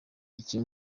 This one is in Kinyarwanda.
icyo